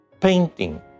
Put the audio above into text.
painting